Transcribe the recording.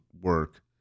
work